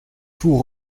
tout